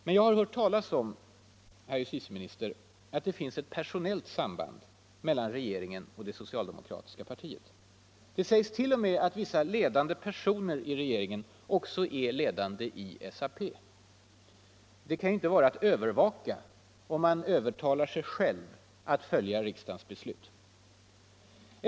Men jag har hört talas om, herr justitieminister, att det finns ett personellt samband mellan regeringen och det socialdemokratiska partiet. Det sägs t. 0. m. att vissa ledande personer i regeringen också är ledande i SAP. Det kan ju inte vara att ”övervaka” om man övertalar sig själv att följa riksdagens beslut.